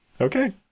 Okay